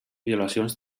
violacions